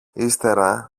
ύστερα